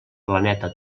planeta